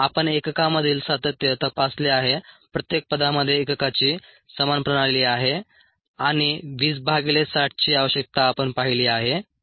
आपण एककामधील सातत्य तपासले आहे प्रत्येक पदामध्ये एककाची समान प्रणाली आहे आणि 20 भागिले 60 ची आवश्यकता आपण पाहिली आहे